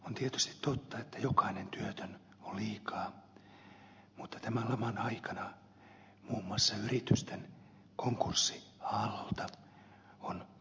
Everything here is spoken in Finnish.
on tietysti totta että jokainen työtön on liikaa mutta tämän laman aikana muun muassa yritysten konkurssiaallolta on vältytty